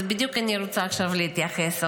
ובדיוק לזה אני רוצה עכשיו להתייחס,